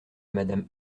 madame